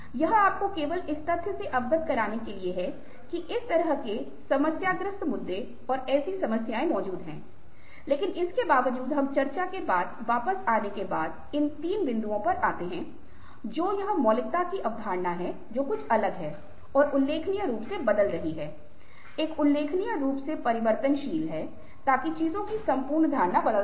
यह आपको केवल इस तथ्य से अवगत कराने के लिए है कि इस तरह की समस्याग्रस्त मुद्दे और ऐसी समस्याएं मौजूद हैं लेकिन इसके बावजूद हम चर्चा के बाद वापस आने के बाद इन तीन बिन्दुवो पर आते है जो यह मौलिकता की अवधारणा है जो कुछ अलग है और उल्लेखनीय रूप से बदल रही है एक उल्लेखनीय रूप से परिवर्तनशील ताकि चीजों की संपूर्ण धारणा बदल जाए